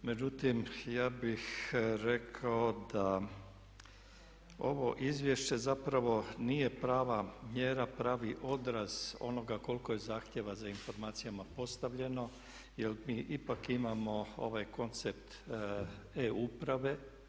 Međutim, ja bih rekao da ovo izvješće zapravo nije prava mjera, pravi odraz onoga koliko je zahtjeva za informacijama postavljeno jer mi ipak imamo ovaj koncept e-uprave.